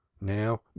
now